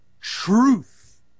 truth